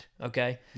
Okay